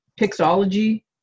Pixology